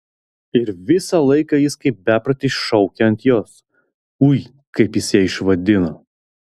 ir visą laiką jis kaip beprotis šaukia ant jos ui kaip jis ją išvadino